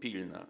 pilna.